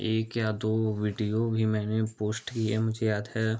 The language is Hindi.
एक या दो वीडियो भी मैंने पोश्ट की है मुझे याद है